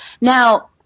Now